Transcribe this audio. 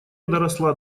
доросла